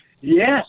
Yes